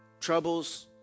troubles